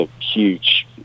huge